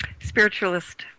spiritualist